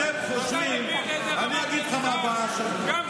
אתה מבין איזו רמת מוסר יש לממשלת ישראל?